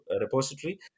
repository